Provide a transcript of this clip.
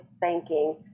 banking